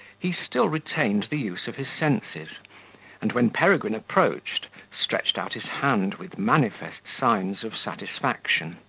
he still retained the use of his senses and, when peregrine approached, stretched out his hand with manifest signs of satisfaction.